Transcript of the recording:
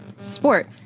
sport